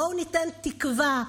בואו ניתן תקווה.